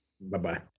bye-bye